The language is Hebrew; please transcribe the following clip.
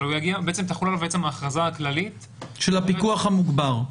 אלא תחול עליו ההכרזה הכללית --- של הפיקוח המוגבר.